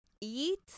eat